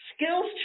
skills